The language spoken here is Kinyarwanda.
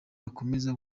gukomeza